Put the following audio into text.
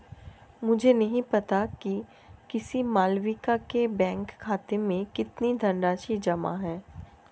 मुझे नही पता कि किसी मालविका के बैंक खाते में कितनी धनराशि जमा है